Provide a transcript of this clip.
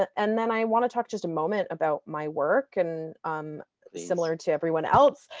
and then i wanna talk just a moment about my work. and similar to everyone else,